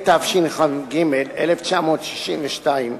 התשכ"ג 1962,